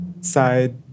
side